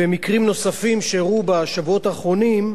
ומקרים נוספים שאירעו בשבועות האחרונים,